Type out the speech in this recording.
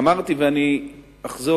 אמרתי, ואני אחזור: